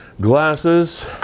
glasses